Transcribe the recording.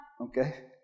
Okay